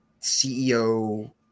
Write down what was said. CEO